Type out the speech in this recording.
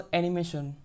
animation